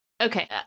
Okay